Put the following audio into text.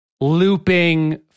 looping